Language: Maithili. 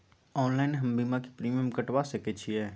ऑनलाइन हम बीमा के प्रीमियम कटवा सके छिए?